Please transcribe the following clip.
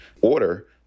order